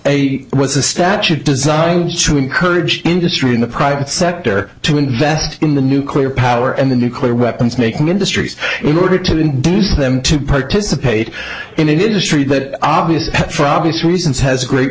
a statute designed to encourage industry in the private sector to invest in the nuclear power and the nuclear weapons making industries in order to induce them to participate in an industry that obviously from obvious reasons has great